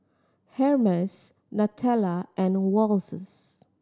Hermes Nutella and Wall